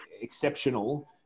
exceptional